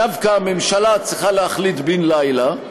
דווקא הממשלה צריכה להחליט בן-לילה.